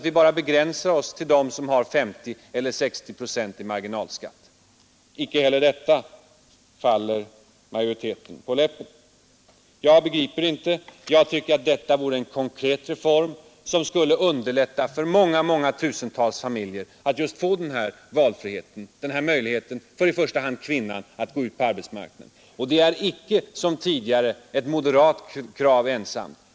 Vi kan begränsa oss till dem som har 50 eller 60 procent i marginalskatt. Inte heller detta faller majoriteten på läppen. Jag begriper det inte. Jag tycker detta vore en konkret reform, som skulle underlätta för tusentals familjer att få denna valfrihet och denna möjlighet för i första hand kvinnan att gå ut på arbetsmarknaden. Det är inte såsom tidigare ett moderat krav ensamt.